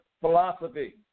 philosophy